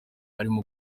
arimo